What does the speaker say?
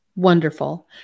Wonderful